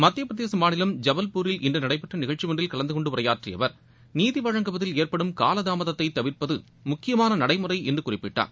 மத்தியப் பிரதேச மாநிலம் ஜவல்பூரில் இன்று நடைபெற்ற நிகழ்ச்சி ஒன்றில் கலந்து கொண்டு உரையாற்றிய அவர் நீதி வழங்குவதில் ஏற்படும் காலதாமதத்தை தவிர்ப்பது முக்கியமான நடைமுறை என்று குறிப்பிட்டார்